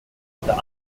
unter